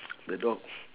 the dog